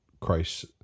Christ